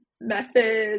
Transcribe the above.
methods